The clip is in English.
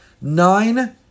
nine